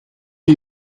are